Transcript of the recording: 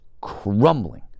crumbling